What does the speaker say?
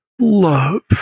love